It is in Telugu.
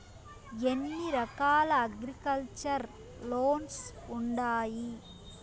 ఎన్ని రకాల అగ్రికల్చర్ లోన్స్ ఉండాయి